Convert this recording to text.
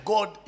God